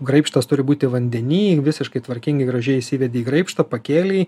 graibštas turi būti vandeny visiškai tvarkingai gražiai įsivedi į graibštą pakėlei